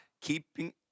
keeping